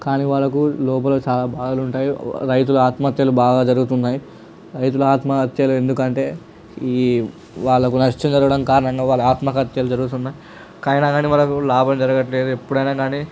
కానీ వాళ్ళకు లోపల చాలా బాధలుంటాయి రైతులు ఆత్మహత్యలు బాగా జరుగుతున్నాయి రైతుల ఆత్మహత్యలు ఎందుకంటే ఈ వాళ్ళకు నష్టం జరగడం కారణంగా వాళ్ళ ఆత్మహత్యలు జరుగుతున్నాయి వాళ్ళకు లాభం జరగట్లేదు ఎప్పుడైనా కాని